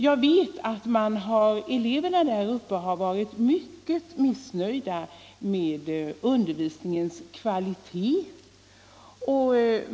Jag vet att eleverna har varit mycket missnöjda med undervisningens kvalitet.